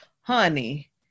honey